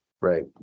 right